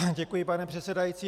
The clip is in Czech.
Děkuji, pane předsedající.